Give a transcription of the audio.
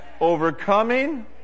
Overcoming